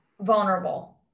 vulnerable